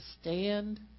stand